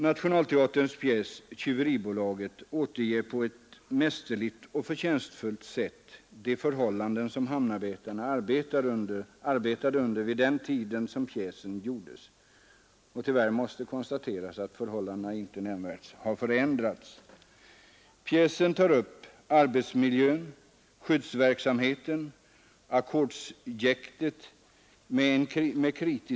Nationalteaterns pjäs ”Tjyveribolaget” återger på ett mästerligt och förtjänstfullt sätt de förhållanden som hamnarbetarna arbetade under vid den tid då pjäsen gjordes. Tyvärr måste jag konstatera att förhållandena inte har förändrats nämnvärt. Pjäsen tar upp arbetsmiljön, skyddsverksamheten och ackordsjäktet med kritisk skärpa.